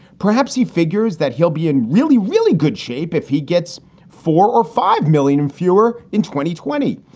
perhaps he figures that he'll be in really, really good shape if he gets four or five million fewer in twenty twenty.